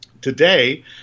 today